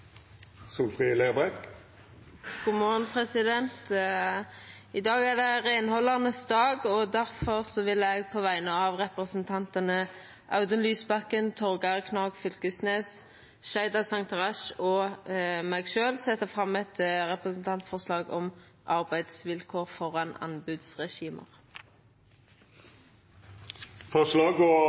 I dag er det reinhaldarane sin dag, og difor vil eg på vegner av representantane Audun Lysbakken, Torgeir Knag Fylkesnes, Sheida Sangtarash og meg sjølv setja fram eit representantforslag om arbeidsvilkår